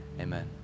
Amen